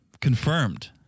confirmed